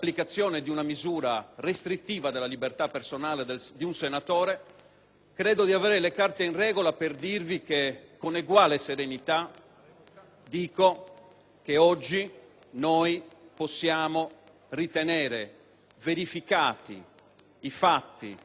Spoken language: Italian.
credo di avere le carte in regola per dirvi che, con eguale serenità, oggi possiamo ritenere verificati i fatti dimostrati nell'istruttoria della Giunta, acquisiti